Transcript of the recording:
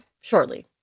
shortly